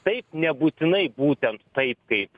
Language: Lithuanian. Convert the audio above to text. taip nebūtinai būtent taip kaip